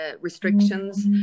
restrictions